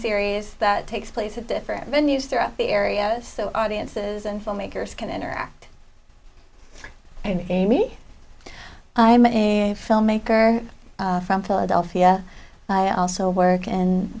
series that takes place at different venue throughout the area so audiences and filmmakers can interact and amy i'm a filmmaker from philadelphia i also work in